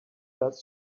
does